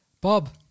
Bob